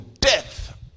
death